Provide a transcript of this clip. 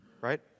right